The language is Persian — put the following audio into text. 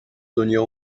دنیا